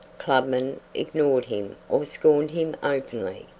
clubmen ignored him or scorned him openly,